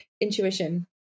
intuition